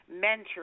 mentor